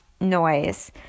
noise